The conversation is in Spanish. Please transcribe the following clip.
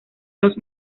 dos